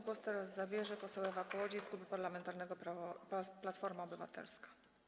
Głos teraz zabierze poseł Ewa Kołodziej z Klubu Parlamentarnego Platforma Obywatelska.